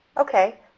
Okay